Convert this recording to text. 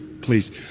Please